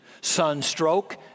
sunstroke